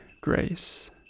grace